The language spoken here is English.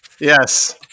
Yes